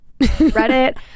Reddit